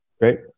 Great